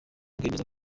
bwemeza